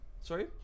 sorry